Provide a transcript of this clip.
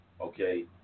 okay